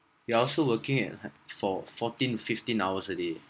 you are also working at four fourteen fifteen hours a day